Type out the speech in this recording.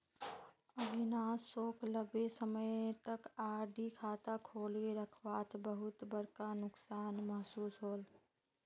अविनाश सोक लंबे समय तक आर.डी खाता खोले रखवात बहुत बड़का नुकसान महसूस होल